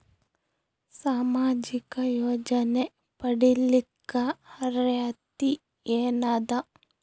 ಸಾಮಾಜಿಕ ಯೋಜನೆ ಪಡಿಲಿಕ್ಕ ಅರ್ಹತಿ ಎನದ?